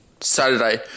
Saturday